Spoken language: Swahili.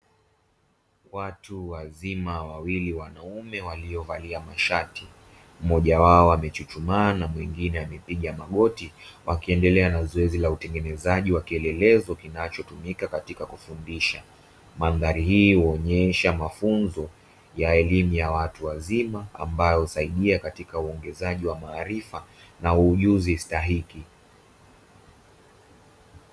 Watu wazima wawili wanaume waliovalia mashati, mmoja wao amechuchumaa na mwingine amepiga magoti wakiendelea na zoezi la utengenezaji wa kielelelezo kitakachotumika katika kufundisha. Mandhari hii huonyesha mafunzo ya elimu ya watu wazima ambayo husaidia katika uongezaji wa maarifa na ujuzi stahiki.